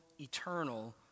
eternal